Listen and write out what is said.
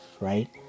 right